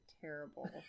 terrible